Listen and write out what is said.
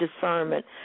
discernment